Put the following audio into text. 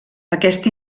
aquest